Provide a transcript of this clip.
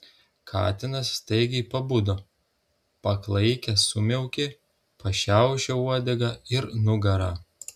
katinas staigiai pabudo paklaikęs sumiaukė pašiaušė uodegą ir nugarą